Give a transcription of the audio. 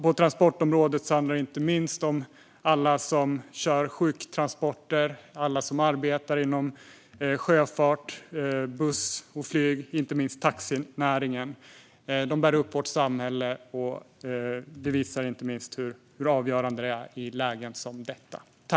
På transportområdet handlar det inte minst om alla som kör sjuktransporter och alla som arbetar inom sjöfarten och inom buss, flyg och, inte minst, taxinäringen. De bär upp vårt samhälle och visar hur avgörande de är, inte minst i lägen som detta.